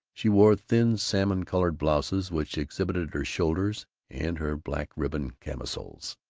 she wore thin salmon-colored blouses which exhibited her shoulders and her black-ribboned camisoles.